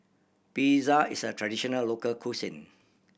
pizza is a traditional local cuisine